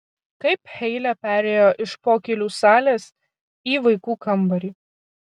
kaip heile perėjo iš pokylių salės į vaikų kambarį